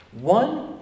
One